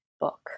book